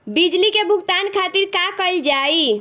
बिजली के भुगतान खातिर का कइल जाइ?